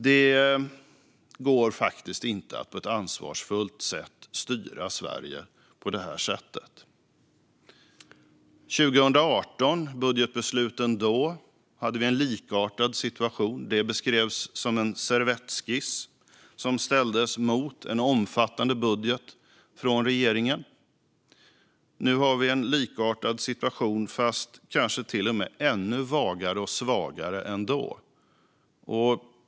Det går faktiskt inte att styra Sverige på ett ansvarsfullt sätt på det här sättet. I budgetbesluten 2018 hade vi en likartad situation. Det beskrevs som en servettskiss som ställdes mot en omfattande budget från regeringen. Nu har vi en situation med ett budgetalternativ som är ännu vagare och svagare.